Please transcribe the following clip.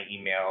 email